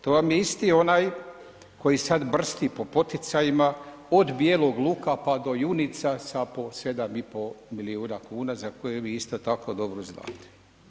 To vam je isti onaj koji sad brsti po poticajima od bijelog luka pa do junica sa po 7,5 milijuna kuna za koje vi isto tako dobro znate.